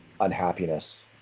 unhappiness